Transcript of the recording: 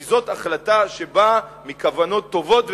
כי זאת החלטה שבאה מכוונות טובות וחיוביות.